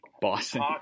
Boston